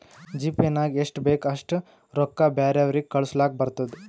GPay ನಾಗ್ ಎಷ್ಟ ಬೇಕ್ ಅಷ್ಟ ರೊಕ್ಕಾ ಬ್ಯಾರೆವ್ರಿಗ್ ಕಳುಸ್ಲಾಕ್ ಬರ್ತುದ್